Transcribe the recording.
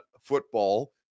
football